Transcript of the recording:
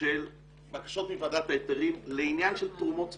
של בקשות מוועדת ההיתרים לעניין של תרומות ספציפיות,